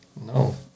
No